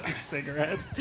cigarettes